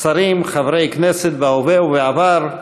שרים, חברי כנסת בהווה ובעבר,